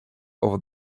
over